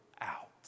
out